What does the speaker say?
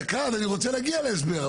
אני רוצה להגיע להסבר,